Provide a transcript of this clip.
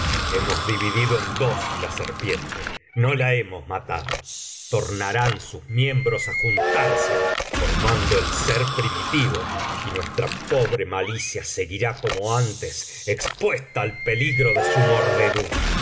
hemos dividido en dos macbeth la serpiente no la hemos matado tornarán sus miembros á juntarse formando el ser primitivo y nuestra pobre malicia seguirá como antes expuesta al peligro de su